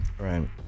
Right